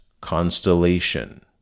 constellation